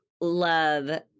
love